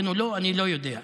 כן או לא, אני לא יודע.